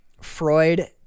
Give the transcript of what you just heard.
Freud